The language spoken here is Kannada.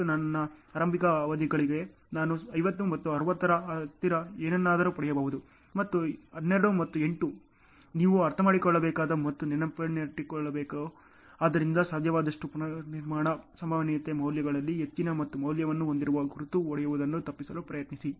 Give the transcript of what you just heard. ಮತ್ತು ನನ್ನ ಆರಂಭಿಕ ಅವಧಿಗಳಿಗಾಗಿ ನಾನು 50 ಮತ್ತು 60 ರ ಹತ್ತಿರ ಏನನ್ನಾದರೂ ಪಡೆಯಬಹುದು ಮತ್ತು 12 ಮತ್ತು 8 ಸರಿ ನೀವು ಅರ್ಥಮಾಡಿಕೊಳ್ಳಬೇಕು ಮತ್ತು ನೆನಪಿನಲ್ಲಿಟ್ಟುಕೊಳ್ಳಬೇಕು ಆದ್ದರಿಂದ ಸಾಧ್ಯವಾದಷ್ಟು ಪುನರ್ನಿರ್ಮಾಣ ಸಂಭವನೀಯತೆ ಮೌಲ್ಯಗಳಲ್ಲಿ ಹೆಚ್ಚಿನ ಮತ್ತು ಮೌಲ್ಯವನ್ನು ಹೊಂದಿರುವ ಗುರುತು ಒಡೆಯುವುದನ್ನು ತಪ್ಪಿಸಲು ಪ್ರಯತ್ನಿಸಿ